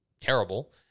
terrible